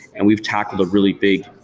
and we've tackled a really big.